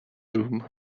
room